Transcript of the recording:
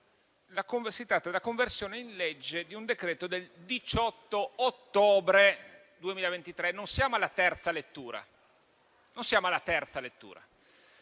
tratta della conversione in legge di un decreto del 18 ottobre 2023. Non siamo alla terza lettura.